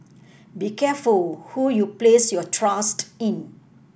be careful who you place your trust in